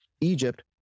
Egypt